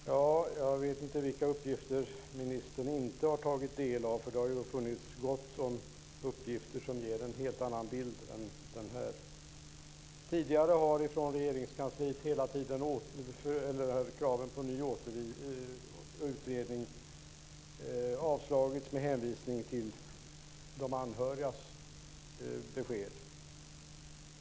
Fru talman! Jag vet inte vilka uppgifter ministern inte har tagit del av. Det har funnits gott om uppgifter som ger en helt annan bild än den här. Tidigare har kraven på en ny utredning hela tiden avslagits från Regeringskansliet med hänvisning till de anhörigas besked.